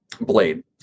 blade